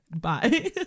bye